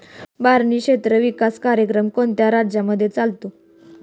बारानी क्षेत्र विकास कार्यक्रम कोणत्या राज्यांमध्ये चालतो?